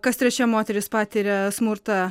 kas trečia moteris patiria smurtą